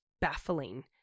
baffling